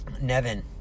Nevin